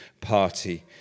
party